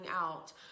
out